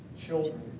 children